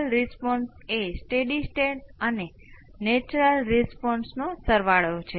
આ કિસ્સામાં જો આપણે વિકલન સમીકરણ લખીશું તો આપણને મળશે